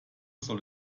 soll